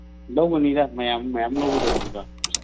ꯂꯧꯒꯅꯤꯗ ꯃꯌꯥꯝ ꯃꯌꯥꯝ ꯂꯧꯒꯗꯧꯅꯤꯗ